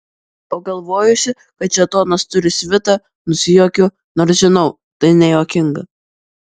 pagalvojusi kad šėtonas turi svitą nusijuokiu nors žinau tai nejuokinga